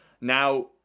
Now